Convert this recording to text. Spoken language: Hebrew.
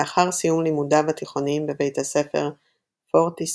לאחר סיום לימודיו התיכוניים בבית הספר "Fortismere"